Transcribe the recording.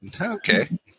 Okay